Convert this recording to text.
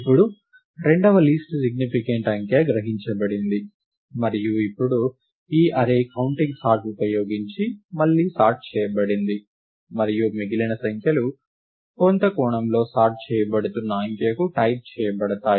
ఇప్పుడు రెండవ least significant అంకె గ్రహించబడింది మరియు ఇప్పుడు ఈ అర్రే కౌంటింగ్ సార్ట్ ఉపయోగించి మళ్లీ సార్ట్ చేయబడింది మరియు మిగిలిన సంఖ్యలు కొంత కోణంలో సార్ట్ చేయబడుతున్న అంకెకు టైప్ చేయబడతాయి